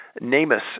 NamUs